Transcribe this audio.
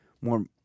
more